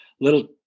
little